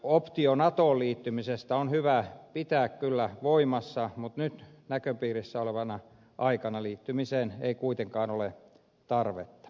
optio natoon liittymisestä on hyvä pitää kyllä voimassa mutta nyt näköpiirissä olevana aikana liittymiseen ei kuitenkaan ole tarvetta